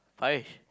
Parish